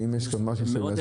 שאם יש פה משהו שמזיק,